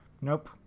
Nope